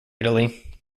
italy